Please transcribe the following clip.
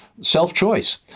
self-choice